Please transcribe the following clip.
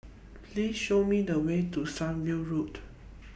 Please Show Me The Way to Sunview Road